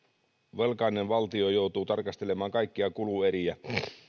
velkainen valtio joutuu tarkastelemaan kaikkia kulueriä